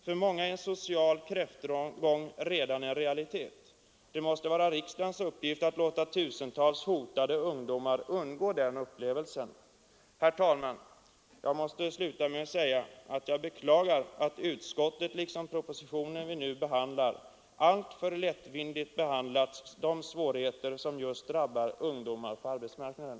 För många är en social kräftgång redan en realitet — det måste vara riksdagens uppgift att låta tusentals hotade ungdomar undgå den upplevelsen. Herr talman! Jag måste sluta med att säga att jag beklagar att man i utskottet liksom i den föreliggande propositionen alltför lättvindigt behandlat de svårigheter som just drabbar ungdomarna på arbetsmarknaden.